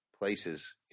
places